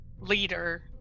leader